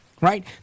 right